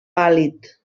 pàl·lid